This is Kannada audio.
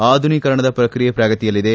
ಆಧುನೀಕರಣದ ಪ್ರಕ್ರಿಯೆ ಪ್ರಗತಿಯಲ್ಲಿದೆ